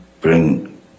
bring